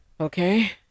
okay